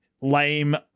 lame